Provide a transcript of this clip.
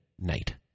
night